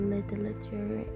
Literature